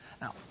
Now